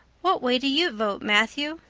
what way do you vote, matthew?